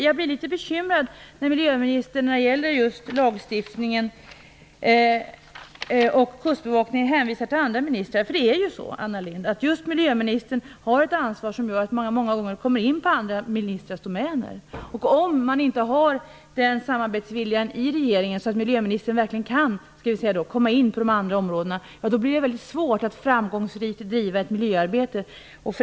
Jag blir litet bekymrad när miljöministern, när det gäller just lagstiftningen och kustbevakningen, hänvisar till andra ministrar. Det är ju så, Anna Lindh, att just miljöministern har ett ansvar för frågor som många gånger går in på andra ministrars domäner. Om regeringen inte har den samarbetsviljan så att miljöministern verkligen kan komma in på de andra områdena, blir det väldigt svårt att framgångsrikt driva ett miljöarbete.